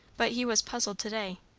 but he was puzzled to-day.